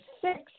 six